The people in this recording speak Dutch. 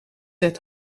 het